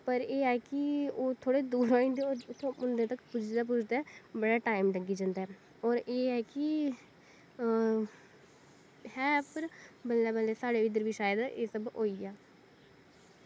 पर एह् ऐ कि ओह् थोह्ड़े दूर होई जंदे उंदे तक पुजदैं पुजदैं बड़ा टाईम लग्गी जंदा ऐ और एह् ऐ कि है पर बल्लैं बल्लैं साढ़ै इध्दर बी एह् सब होई जा